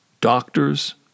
doctors